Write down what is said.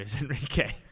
Enrique